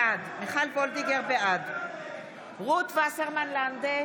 בעד רות וסרמן לנדה,